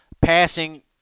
passing